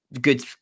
good